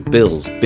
Bill's